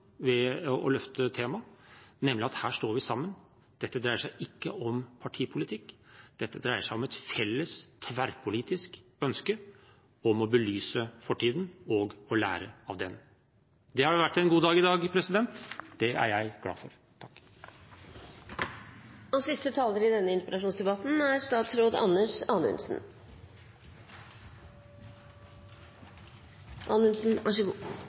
ved å løfte temaet, nemlig at her står vi sammen. Dette dreier seg ikke om partipolitikk, dette dreier seg om et felles, tverrpolitisk ønske om å belyse fortiden og å lære av den. Det har vært en god dag i dag – det er jeg glad for. Til det siste vil jeg si at jeg mener det er